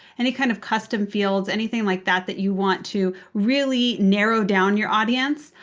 any kind of custom fields. anything like that that you want to really narrow down your audience.